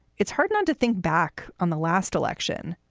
it's hard not to think back on the last election.